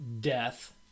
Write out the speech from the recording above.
death